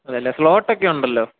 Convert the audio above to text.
അതെയല്ലേ ഫ്ലോട്ട് ഒക്കെ ഉണ്ടല്ലോ